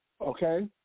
Okay